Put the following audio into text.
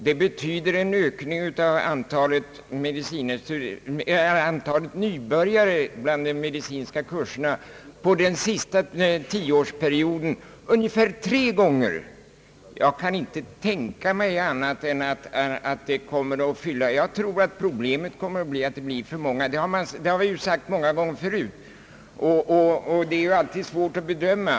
Det betyder att antalet nybörjare inom de medicinska kurserna under den senaste tioårsperioden har blivit ungefär tre gånger större. Jag kan inte tänka mig annat än att det kommer att räcka och att problemet i stället kommer att bli att vi får för många läkare. Detta har dock sagts många gånger förut, och behovet är ju alltid svårt att bedöma.